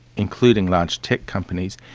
including large tech companies,